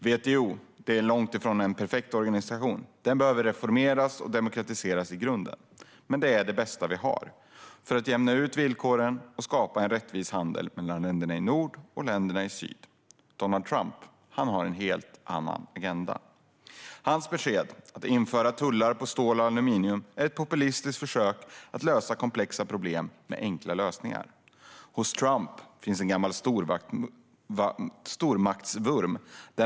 WTO är långt ifrån en perfekt organisation - den behöver reformeras och demokratiseras i grunden - men den är det bästa vi har för att jämna ut villkoren och skapa en rättvis handel mellan länderna i nord och länderna i syd. Donald Trump har en helt annan agenda. Hans besked om att införa tullar på stål och aluminium är ett populistiskt försök till enkla lösningar på komplexa problem. Hos Trump finns en gammaldags stormaktsvurm.